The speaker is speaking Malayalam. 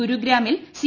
ഗുരുഗ്രാമിൽ സി